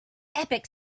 epic